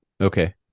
Okay